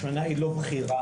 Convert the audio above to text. השמנה היא לא בחירה,